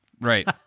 Right